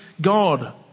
God